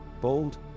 bold